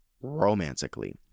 romantically